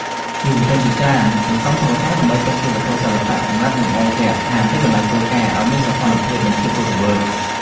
យុវជនជាច្រើនសន្សំតុក្កតាដើម្បីទុកជាវត្ថុសិល្បៈសម្រាប់លម្អគេហដ្ឋាន ឬកន្លែងធ្វើការឱ្យមានសោភ័ណភាព និងភាពរស់រវើក។